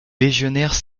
légionnaires